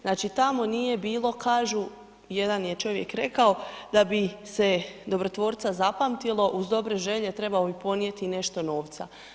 Znači tamo nije bilo, kažu, jedan je čovjek rekao, da bi se dobrotvoca zapamtilo, uz dobre želje, trebalo bi podnijeti i nešto novca.